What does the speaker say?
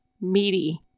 meaty